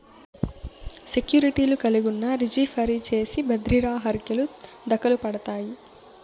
సెక్యూర్టీలు కలిగున్నా, రిజీ ఫరీ చేసి బద్రిర హర్కెలు దకలుపడతాయి